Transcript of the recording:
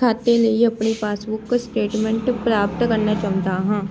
ਖਾਤੇ ਲਈ ਆਪਣੀ ਪਾਸਬੁੱਕ ਸਟੇਟਮੈਂਟ ਪ੍ਰਾਪਤ ਕਰਨਾ ਚਾਹੁੰਦਾ ਹਾਂ